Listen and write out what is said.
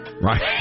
Right